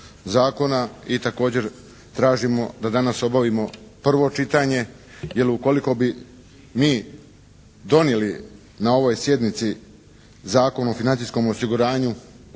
i također tražimo danas obavimo prvo čitanje jer ukoliko bi mi donijeli na ovoj sjednici Zakon o financijskom osiguranju